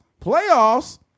Playoffs